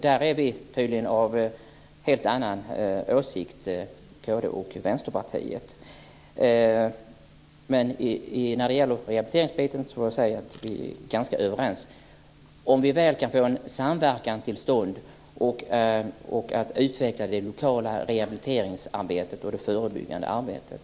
Där har vi tydligen helt olika åsikter i kd och Vänsterpartiet. Men när det gäller rehabiliteringen är vi ganska överens, om vi väl kan få en samverkan till stånd och utveckla det lokala rehabiliteringsarbetet och det förebyggande arbetet.